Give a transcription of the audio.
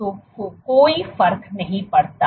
तो कोई फर्क नहीं पड़ता